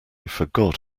forgot